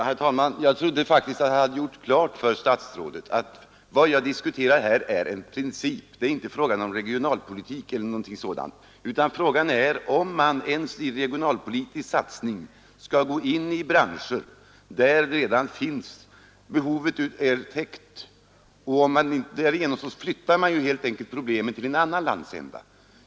Herr talman! Jag trodde faktiskt att jag hade klargjort för statsrådet att vad jag här diskuterar gäller en princip. Det är inte fråga om regionalpolitik eller någonting sådant. Frågan är om man ens i regionalpolitisk satsning skall gå in i branscher där behovet redan är täckt. Därigenom flyttar man helt enkelt problemet till en annan landsända.